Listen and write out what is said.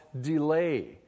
delay